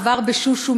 עבר ב"שושו",